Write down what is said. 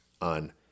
on